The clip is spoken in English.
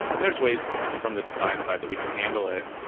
and there's ways from the design side that we can handle it,